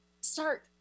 start